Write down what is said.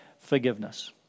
forgiveness